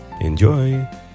Enjoy